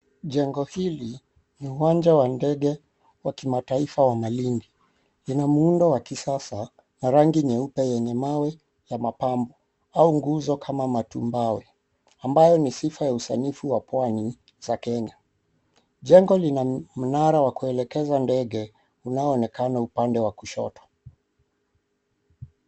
Jengo hili ni wanja wa ndege wa kimataifa wa Malindi. Lina muundo wa kisasa na rangi nyeupe yenye mawe ya mapambo au nguzo kama matumbawe ambayo ni sfa ya usanifu wa Pwani za Kenya. Jengo lina mnara wa kuelekeza ndege linaloonekana pande wa kushoto.